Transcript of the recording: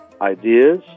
ideas